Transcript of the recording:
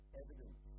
evidence